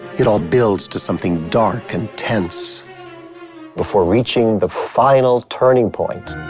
it all builds to something dark and tense before reaching the final turning point.